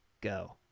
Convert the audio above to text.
go